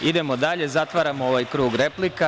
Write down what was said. Idemo dalje, zatvaramo ovaj krug replika.